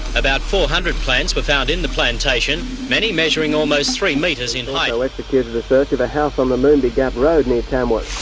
about four hundred plants were but found in the plantation, many measuring almost three metres in height, also executed a search of a house on the moonbi gap road near tamworth,